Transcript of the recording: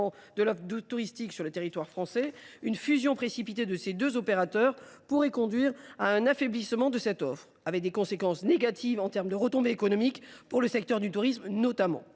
de l’offre touristique sur le territoire français. Une fusion précipitée des deux opérateurs pourrait conduire à un affaiblissement de cette offre et avoir des conséquences négatives en termes de retombées économiques pour le secteur du tourisme.